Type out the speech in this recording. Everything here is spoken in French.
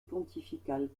pontificale